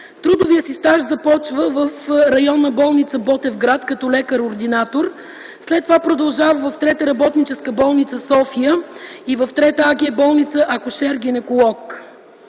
Трудовият си стаж започва в Районна болница – Ботевград, като лекар-ординатор. След това продължава в Трета работническа болница в София и в Трета АГ-болница като акушер-гинеколог.